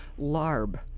larb